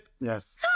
yes